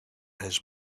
his